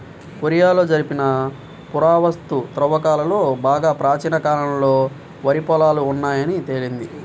కొరియాలో జరిపిన పురావస్తు త్రవ్వకాలలో బాగా ప్రాచీన కాలంలోనే వరి పొలాలు ఉన్నాయని తేలింది